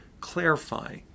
clarify